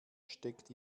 steckt